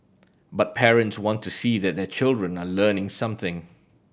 but parents want to see that their children are learning something